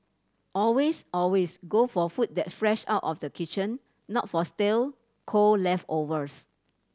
always always go for food that's fresh out of the kitchen not for stale cold leftovers